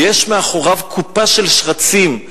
ויש מאחוריו קופה של שרצים,